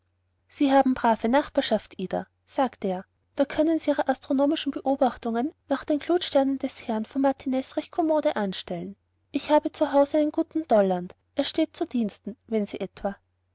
sie haben brave nachbarschaft ida sagte er da können sie ihre astronomischen beobachtungen nach den glutsternen des herrn von martiniz recht kommode anstellen ich habe zu haus einen guten dolland er steht zu diensten wenn sie etwa wie